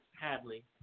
Hadley